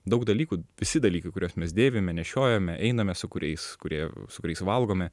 daug dalykų visi dalykai kuriuos mes dėvime nešiojame einame su kuriais kurie su kuriais valgome